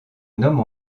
nomme